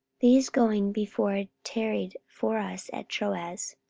these going before tarried for us at troas.